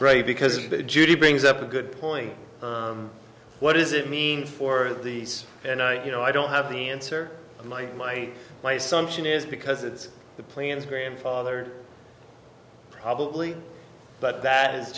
right because judy brings up a good point what does it mean for these you know i don't have the answer to my my my assumption is because it's the plans grandfather probably but that is